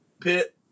pit